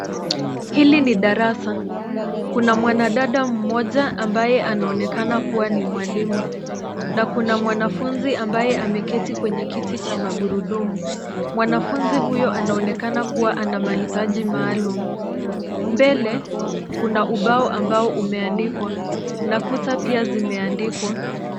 Hili ni darasa kuna mwanadada mmoja ambaye anaonekana kuwa ni mwalimu. Na kuna mwanafunzi ambaye ameketi kwenye kiti cha magurudumu. Mwanafunzi huyu anaonekana kuwa anamahitaji maalum mbele kuna ubao ambao umeandikwa na kuta pia zimeandikwa.